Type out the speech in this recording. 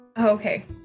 Okay